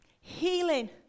healing